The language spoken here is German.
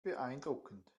beeindruckend